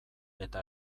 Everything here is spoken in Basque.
eta